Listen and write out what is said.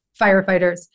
firefighters